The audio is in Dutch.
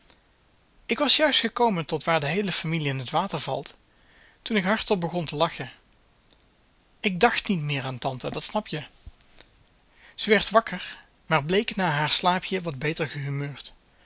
ik was juist gekomen tot waar de heele familie in t water valt toen ik hardop begon te lachen ik dacht niet meer aan tante dat snap je ze werd wakker maar bleek na haar slaapje wat beter gehumeurd